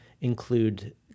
include